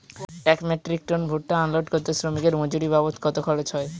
এক metric ton ভুট্টা unload করতে শ্রমিকের মজুরি বাবদ কত খরচ হয়?